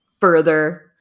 further